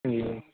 جی